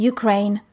Ukraine